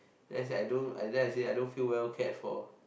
let's say I do after that I say I don't well kept for